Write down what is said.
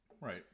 Right